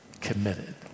committed